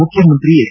ಮುಖ್ಯಮಂತ್ರಿ ಎಚ್